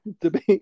debate